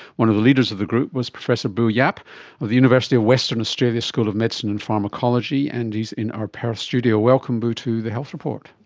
one of the leaders of the group was professor bu yeah yeap of the university of western australia school of medicine and pharmacology and he's in our perth studio. welcome bu to the health report.